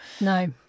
No